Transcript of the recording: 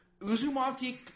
Uzumaki